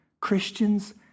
Christians